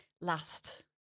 last